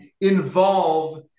involve